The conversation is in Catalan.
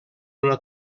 una